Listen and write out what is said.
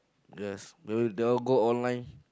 yes maybe they all go online